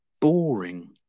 boring